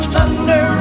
Thunder